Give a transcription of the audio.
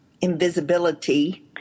invisibility